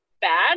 bad